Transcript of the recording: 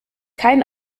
kein